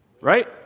Right